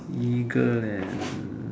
eagle and